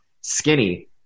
skinny